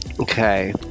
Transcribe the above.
Okay